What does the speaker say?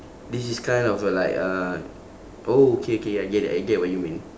this is kind of like uh oh okay okay I get it I get what you mean